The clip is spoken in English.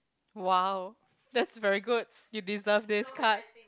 !wow! that's very good you deserve this card